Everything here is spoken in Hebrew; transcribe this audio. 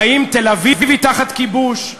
האם תל-אביב תחת כיבוש?